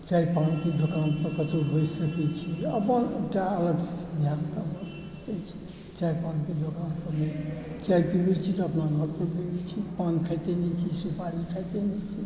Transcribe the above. चाय पानके दोकानपर कतहु बैस सकै छी अपन एकटा अलग सिद्धान्त अछि चाय पानके दोकानपर नहि चाय पिबय छी तऽ अपना घरपर पिबै छी पान खाइते नहि छी सुपारी खाइते नहि छी